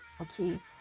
okay